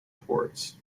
ports